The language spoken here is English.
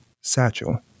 satchel